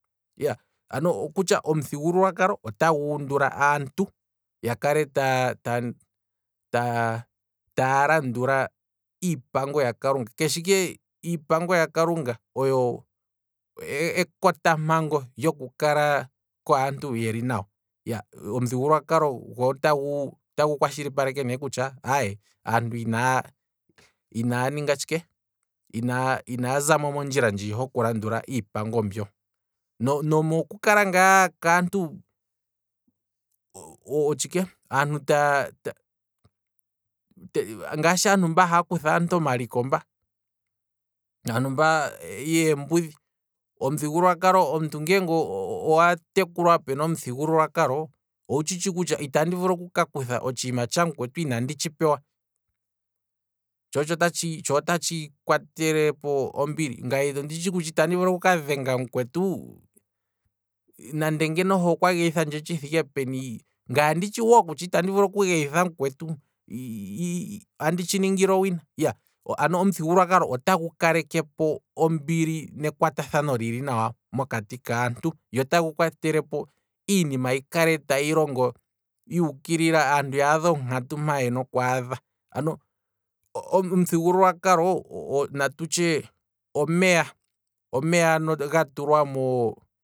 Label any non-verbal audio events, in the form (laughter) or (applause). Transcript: Iyaa ano okutya omuthigululwa kalo otagu undula aantu ya kale ta- ta- ta- taalandulaiipango yakalunga, shaashi keshe ike iipango yakalangu oyo ekota mpango lyoku kala kwaantu yeli nawa, yaa, omuthigululwakalo otagu kwashilipaleke kutya aantu ina- ina- ina- inaazamo mondjila hoku landula iipango mbyo, nomo kukala ngaa kwaantu, aantu taa, (hesitation) ngashi aantu mba haya kutha aantu omaliko mba, aantu mba yeembudhi, omuthigululwa kalo, omuntu ngeenge owa tekulwa pena omuthigululwa kalo, owu tshitshi kutya itandi vulu oku kakutha otshiima tshamukwetu inandi tshi pewa, tsho otsho tsho otatshi kwa telepo ombili, ngaye onditshi kutya itandi vulu oku kadhenga mukwetu nande ngeno he okwa geyithandje tshi thike peni, ngaye onditshi wo kutya itandi vulu oku geyitha mukwetu (hesitation) andi tshi ningile owina, iya, ano omuthigululwakalo otagu kalekepo ombili nekwatathano lili nawa mokati kaantu, go otagu kwatelepo iinima yikale tayi longwa yuukilila aantu yaadhe onkatu mpa yena okwaadha, ano omuthigululwakalo natutye omeya, omeya ano ga tulwamo